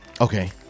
Okay